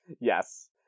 Yes